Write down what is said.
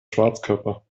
schwarzkörper